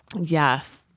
Yes